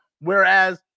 whereas